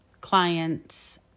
clients